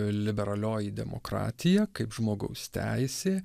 liberalioji demokratija kaip žmogaus teisė